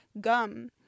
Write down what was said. gum